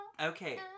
Okay